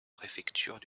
préfectures